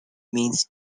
means